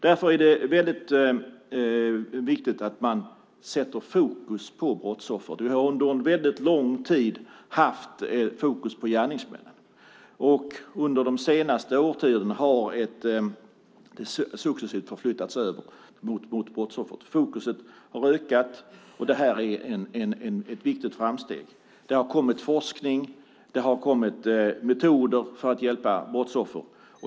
Därför är det viktigt att man sätter fokus på brottsoffer. Vi har under en lång tid haft fokus på gärningsmännen. Under de senaste årtiondena har det successivt förflyttats över mot brottsoffret. Fokus har ökat. Det är ett viktigt framsteg. Det har kommit forskning och metoder för att hjälpa brottsoffer.